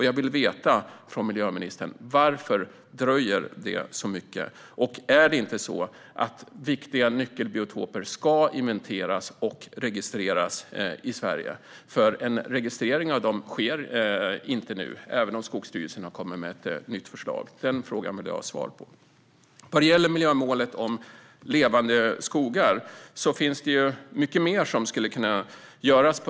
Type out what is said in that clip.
Jag vill höra från miljöministern varför det dröjer så länge. Och är det inte så att viktiga nyckelbiotoper ska inventeras och registreras i Sverige? En registrering av dem sker nämligen inte nu, även om Skogsstyrelsen har kommit med ett nytt förslag. Den frågan vill jag ha svar på. Vad gäller miljömålet Levande skogar finns det mycket mer som skulle kunna göras.